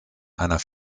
einer